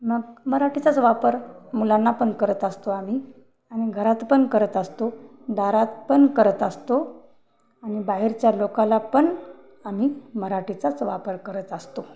मग मराठीचाच वापर मुलांना पण करत असतो आम्ही आणि घरात पण करत असतो दारात पण करत असतो आणि बाहेरच्या लोकांना पण आम्ही मराठीचाच वापर करत असतो